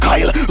Kyle